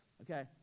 Okay